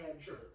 sure